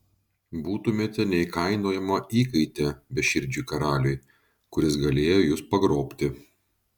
būtumėte neįkainojama įkaitė beširdžiui karaliui kuris galėjo jus pagrobti